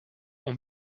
ont